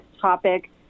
topic